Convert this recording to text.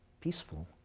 peaceful